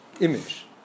image